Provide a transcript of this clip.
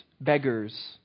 beggars